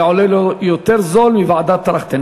היה עולה לו יותר זול מוועדת-טרכטנברג,